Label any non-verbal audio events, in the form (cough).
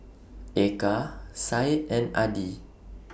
Eka Said and Adi (noise)